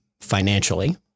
financially